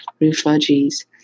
refugees